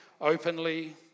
openly